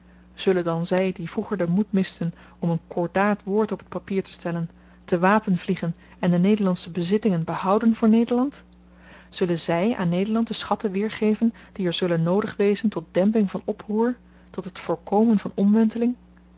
zullen dan zy die vroeger den moed misten om een kordaat woord op t papier te stellen te wapen vliegen en de nederlandsche bezittingen behouden voor nederland zullen zy aan nederland de schatten weergeven die er zullen noodig wezen tot demping van oproer tot het voorkomen van omwenteling